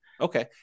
Okay